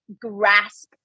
grasp